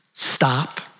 Stop